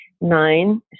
Nine